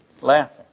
laughing